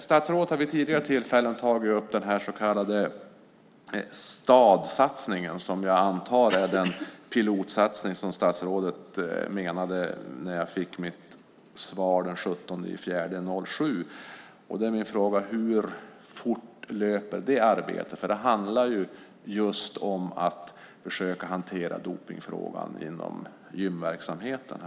Statsrådet har vid tidigare tillfällen tagit upp den så kallade Stadsatsningen, som jag antar är den pilotsatsning som statsrådet avsåg när jag fick svaret den 17 april 2007. Min fråga är: Hur fort löper det arbetet? Det handlar ju om att försöka hantera dopningsfrågan inom gymverksamheten.